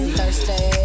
Thursday